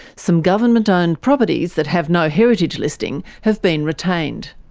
some government-owned properties that have no heritage listing have been retained.